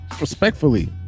Respectfully